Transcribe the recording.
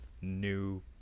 new